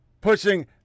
pushing